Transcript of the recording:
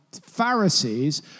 Pharisees